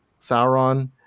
Sauron